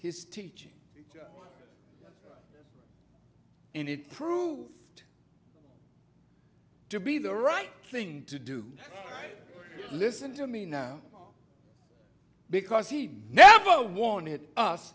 his teaching and it proved to be the right thing to do listen to me now because he never wanted us